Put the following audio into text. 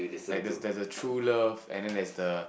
like there's the there's the true love and then there's the